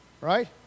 right